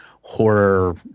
horror